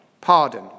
pardon